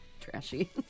trashy